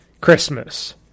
Christmas